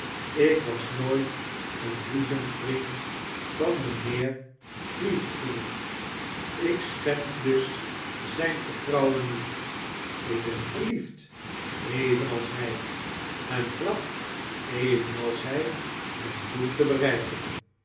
ik was nooit eein boezemvriend van mijnheer heathfield ik schend dus zijn vertrouwen niet ik ben verliefd evemals hij en tracht evenals hij mijn doel te beneiken